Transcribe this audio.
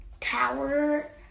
tower